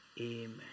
Amen